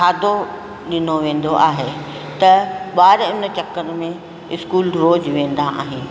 खाधो ॾिनो वेंदो आहे त ॿार उन चकर में स्कूल रोज़ु वेंदा आहिनि